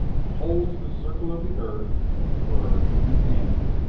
and holds the circle of the earth, as it were, in his hand,